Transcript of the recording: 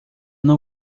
não